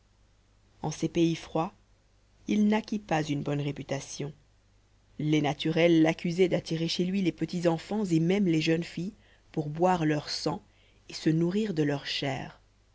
en ces pays froids il n'acquit pas une bonne réputation les naturels l'accusaient d'attirer chez lui les petits enfants et même les jeunes filles pour boire leur sang et se nourrir de leur chair